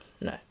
No